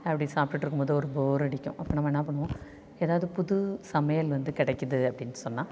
அப்படி சாப்பிட்டு இருக்கும்போது ஒரு ஃபோர் அடிக்கும் அப்போ நம்ம என்ன பண்ணுவோம் ஏதாவது புது சமையல் வந்து கிடைக்குது அப்படினு சொன்னால்